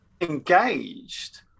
engaged